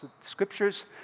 Scripture's